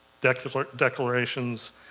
declarations